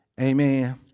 Amen